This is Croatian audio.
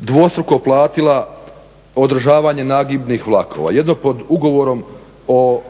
dvostruko platila održavanje nagibnih vlakova, jedno pod ugovorom o